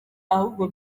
ahubwo